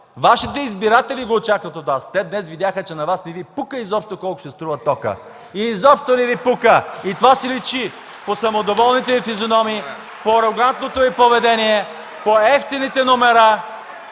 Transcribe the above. Вашите избиратели го очакват от Вас. Те днес видяха, че на Вас изобщо не Ви пука колко ще струва тока. Изобщо не Ви пука и това си личи по самодоволните Ви физиономии, по арогантното Ви поведение, по евтините номера,